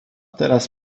teraz